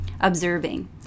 observing